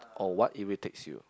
or what irritates you